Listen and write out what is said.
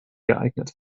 geeignet